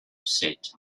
set